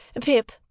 Pip